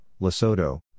Lesotho